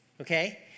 okay